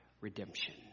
Redemption